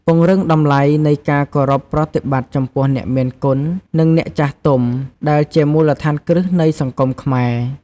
ពង្រឹងតម្លៃនៃការគោរពប្រតិបត្តិចំពោះអ្នកមានគុណ និងអ្នកចាស់ទុំ ដែលជាមូលដ្ឋានគ្រឹះនៃសង្គមខ្មែរ។